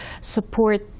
support